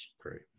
Great